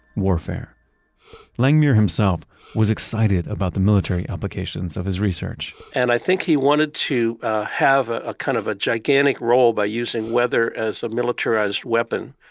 warfare langmuir himself was excited about the military applications of his research and i think he wanted to have ah ah kind of a gigantic role by using weather as a militarized weapon.